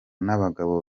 n’abagabo